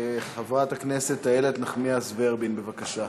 חברת הכנסת איילת נחמיאס ורבין, בבקשה.